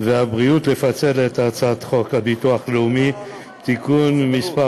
והבריאות לפצל את הצעת חוק הביטוח הלאומי (תיקון מס'